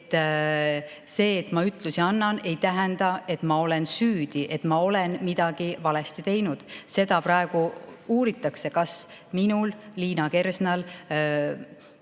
et see, et ma ütlusi annan, ei tähenda, et ma olen süüdi, et ma olen midagi valesti teinud. Seda praegu uuritakse, kas mina, Liina Kersna